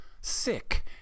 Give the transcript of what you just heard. sick